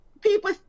people